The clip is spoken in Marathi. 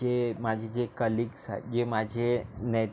जे माझे जे कलिग्स आहे जे माझे ने